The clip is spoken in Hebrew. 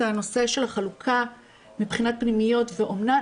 הנושא של החלוקה מבחינת פנימיות ואומנה,